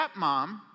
stepmom